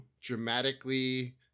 dramatically